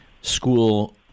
school